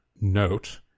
note